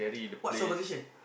what's your position